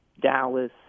Dallas